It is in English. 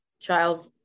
child